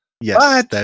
Yes